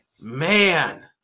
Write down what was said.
Man